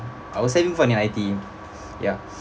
I was having fun in I_T_E ya